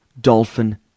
dolphin